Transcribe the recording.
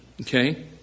Okay